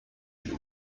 will